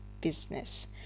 business